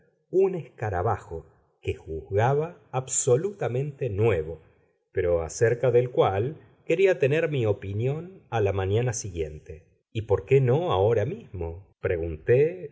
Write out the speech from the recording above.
un escarabajo que juzgaba absolutamente nuevo pero acerca del cual quería tener mi opinión a la mañana siguiente y por qué no ahora mismo pregunté